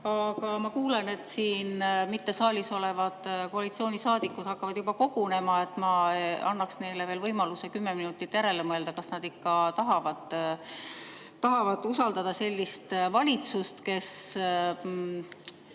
Aga ma kuulen, et saalist väljasolevad koalitsioonisaadikud hakkavad juba kogunema, ja ma annaksin neile võimaluse kümme minutit järele mõelda, kas nad ikka tahavad usaldada sellist valitsust, kes,